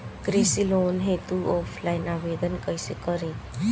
कृषि लोन हेतू ऑफलाइन आवेदन कइसे करि?